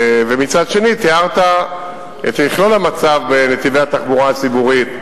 ומצד שני תיארת את מכלול המצב בנתיבי התחבורה הציבורית,